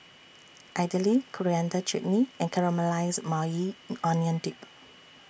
Idili Coriander Chutney and Caramelized Maui Onion Dip